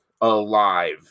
alive